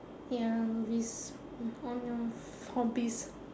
ya novice mm on your hobbies